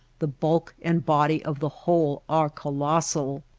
the bulk and body of the whole are colossal.